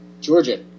Georgia